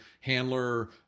handler